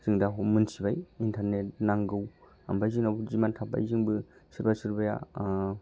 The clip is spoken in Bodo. जों दा मिन्थिबाय इन्टारनेट नांगौ आमफ्राय जोंनावबो डिमान्ड थाबाय जोंबो सोरबा सोरबाया